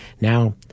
Now